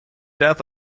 death